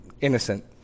innocent